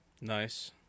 Nice